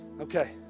Okay